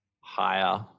higher